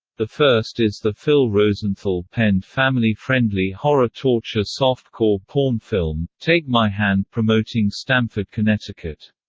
the first is the phil rosenthal-penned family-friendly horror-torture soft-core porn film, take my hand promoting stamford, connecticut.